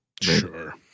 Sure